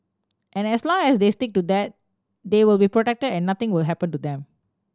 and as long as they stick to that they will be protected and nothing will happen to them